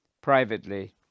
Privately